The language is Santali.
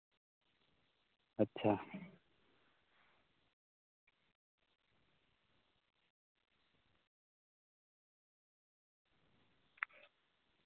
ᱟᱪᱪᱷᱟ